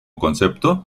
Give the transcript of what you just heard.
concepto